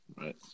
Right